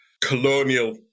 colonial